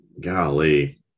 golly